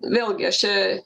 vėlgi aš čia